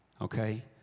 Okay